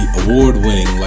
award-winning